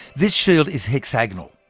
this shield is hexagonal,